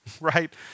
right